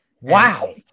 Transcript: Wow